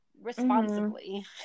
responsibly